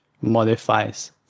modifies